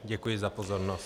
Děkuji za pozornost.